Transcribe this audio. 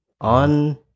on